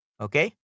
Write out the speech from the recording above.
Okay